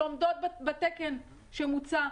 שעומדות בתקן שמוצע.